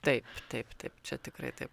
taip taip taip čia tikrai taip